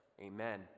Amen